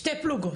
שתי פלוגות.